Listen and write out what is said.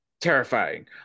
Terrifying